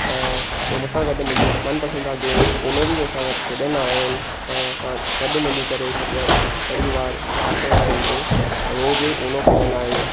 ऐं हू मूंसां गॾु मुंहिंजी मनपसंद जा गेम उनो बि मूसां गॾु खेॾंदा आहिनि ऐं असां गॾु मिली करे सॼा परिवार राति जे टाइम ते रोज़ु उनो खेॾंदा आहियूं